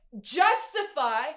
justify